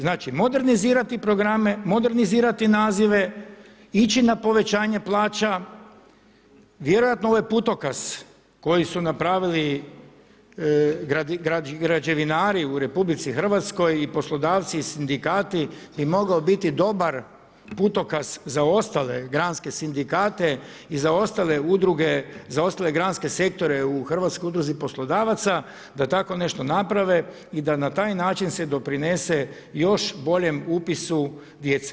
Znači modernizirati programe, modernizirati nazive, ići na povećanje plaća, vjerojatno ovaj putokaz koji su napravili građevinari u RH i poslodavci i sindikati, bi mogao biti dobar putokaz za ostale granske sindikate i za ostale udruge, za ostale granske sektore u hrvatskoj udruzi poslodavaca, da tako nešto naprave i da na takav način se doprinese još boljem upisu djece.